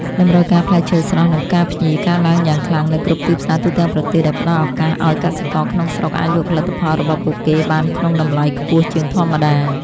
តម្រូវការផ្លែឈើស្រស់ និងផ្កាភ្ញីកើនឡើងយ៉ាងខ្លាំងនៅគ្រប់ទីផ្សារទូទាំងប្រទេស ដែលផ្តល់ឱកាសឱ្យកសិករក្នុងស្រុកអាចលក់ផលិតផលរបស់ពួកគេបានក្នុងតម្លៃខ្ពស់ជាងធម្មតា។